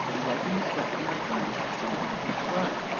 and wiping the sweat from my eyes i saw that it was blood.